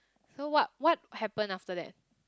so what what happened after that